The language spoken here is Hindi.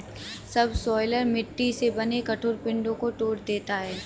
सबसॉइलर मिट्टी से बने कठोर पिंडो को तोड़ देता है